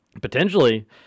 potentially